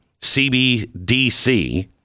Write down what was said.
CBDC